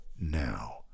now